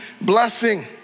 blessing